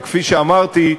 כפי שאמרתי,